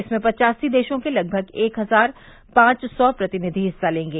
इसमें पचासी देशों के लगभग एक हजार पांच सौ प्रतिनिधि हिस्सा लेंगे